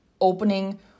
opening